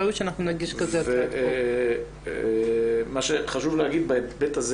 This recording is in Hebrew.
מה שחשוב להגיד במקרה הזה